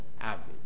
average